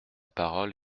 parole